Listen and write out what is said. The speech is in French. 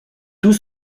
tout